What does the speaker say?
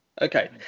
okay